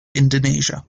indonesia